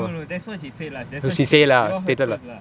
no no that's what she said lah that's what she say lah we all heard first lah